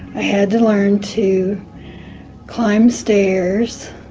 i had to learn to climb stairs,